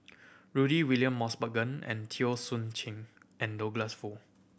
Rudy William Mosbergen and Teo Soon and Douglas Foo